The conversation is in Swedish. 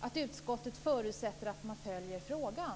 att utskottet förutsätter att man följer frågan.